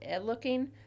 looking